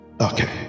Okay